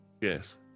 Yes